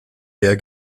her